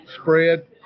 spread